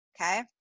okay